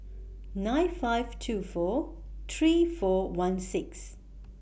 nine five two four three four one six